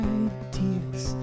ideas